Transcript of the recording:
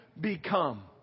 become